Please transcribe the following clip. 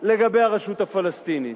לגבי הרשות הפלסטינית.